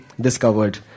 discovered